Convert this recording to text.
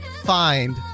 find